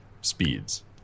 speeds